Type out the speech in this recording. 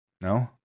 No